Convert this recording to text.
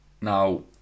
now